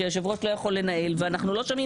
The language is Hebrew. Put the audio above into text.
כשהיושב ראש לא יכול לנהל ואנחנו לא שומעים